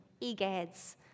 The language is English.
egads